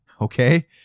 okay